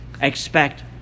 expect